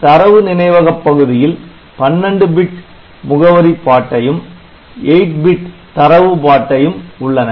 தரவு நினைவகப் பகுதியில் 12 பிட் முகவரி பாட்டையும் 8 பிட் தரவு பாட்டையும் உள்ளன